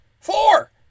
Four